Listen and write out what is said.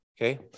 okay